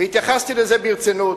והתייחסתי לזה ברצינות.